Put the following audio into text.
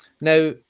Now